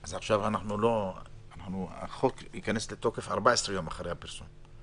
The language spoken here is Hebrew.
עכשיו החוק ייכנס לתוקף 14 יום אחרי הפרסום.